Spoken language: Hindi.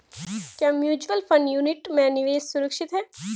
क्या म्यूचुअल फंड यूनिट में निवेश सुरक्षित है?